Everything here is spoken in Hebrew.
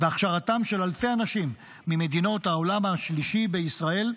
והכשרתם של אלפי אנשים ממדינות העולם השלישי בישראל.